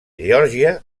geòrgia